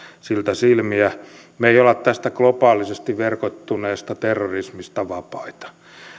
siltä silmiä me emme ole tästä globaalisti verkottuneesta terrorismista vapaita